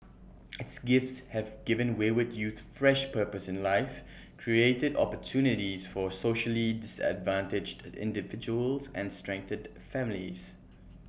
its gifts have given wayward youth fresh purpose in life created opportunities for socially disadvantaged individuals and strengthened families